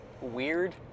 weird